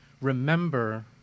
remember